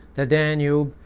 the danube,